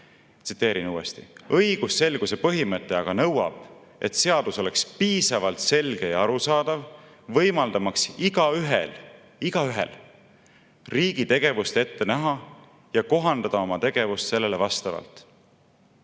tsiteerin uuesti. "Õigusselguse põhimõte aga nõuab, et seadus oleks piisavalt selge ja arusaadav, võimaldamaks igaühel riigi tegevust ette näha ja kohandada oma tegevust sellele vastavalt